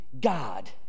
God